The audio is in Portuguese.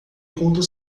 enquanto